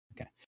Okay